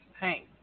Hey